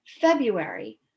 February